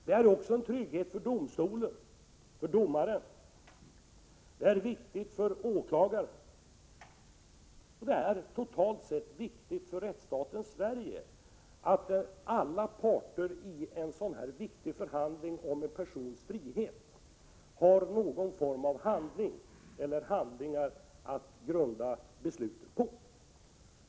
Det är också en trygghet för domstolen — för domaren och åklagaren — och det är totalt sett viktigt för rättsstaten Sverige att alla parter i en sådan här betydelsefull förhandling om en persons frihet har någon form av handling eller handlingar att grunda beslutet på.